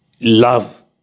love